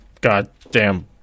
goddamn